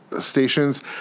stations